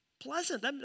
Pleasant